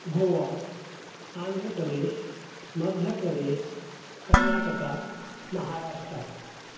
Goa Andhra Pradesh Madhya Pradesh Karnataka Maharashtra